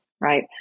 right